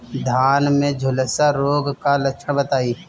धान में झुलसा रोग क लक्षण बताई?